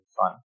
fun